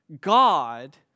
God